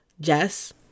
Jess